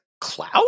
cloud